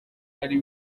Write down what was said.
ari